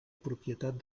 propietat